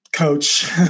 Coach